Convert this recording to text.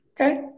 Okay